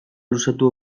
luzatu